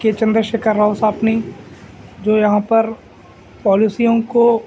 کے چندر شیکھر راؤ صاحب نے جو یہاں پر پالیسیوں کو